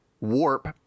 Warp